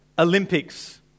Olympics